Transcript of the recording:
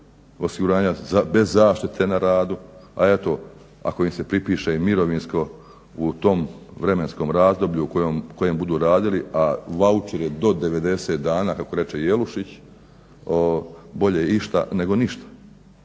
osiguranja, bez zaštite na radu, a eto ako im se pripiše i mirovinsko u tom vremenskom razdoblju u kom budu radili a vaučer je do 90 dana kako reče Jelušić, bolje išta nego ništa,